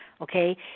okay